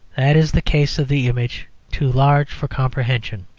that is the case of the image too large for comprehension.